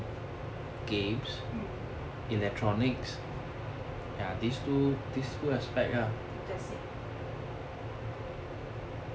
hmm that's it